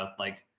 um like,